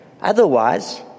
Otherwise